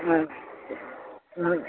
ம் ம்